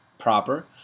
proper